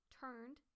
turned